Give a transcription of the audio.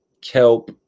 kelp